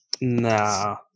Nah